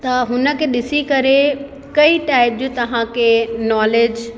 त हुनखे ॾिसी करे कई टाइप जूं तव्हांखे नॉलेज